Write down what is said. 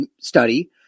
study